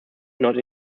not